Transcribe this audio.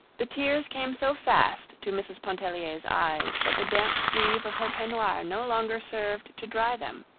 the tears came so fast to mrs. pontellier's eyes that the damp sleeve of her peignoir no longer served to dry them.